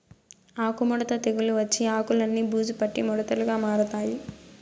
ఆకు ముడత తెగులు వచ్చి ఆకులన్ని బూజు పట్టి ముడతలుగా మారతాయి